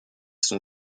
son